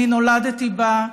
אני נולדתי בה,